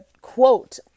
quote